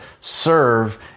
serve